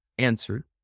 answer